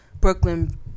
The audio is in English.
Brooklyn